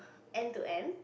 end to end